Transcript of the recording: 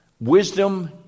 wisdom